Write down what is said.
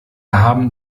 haben